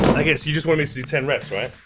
i guess you just want me to do ten reps right